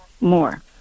more